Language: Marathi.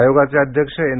आयोगाचे अध्यक्ष एन